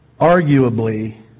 Arguably